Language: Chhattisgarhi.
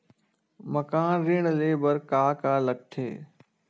मकान ऋण ले बर का का लगथे?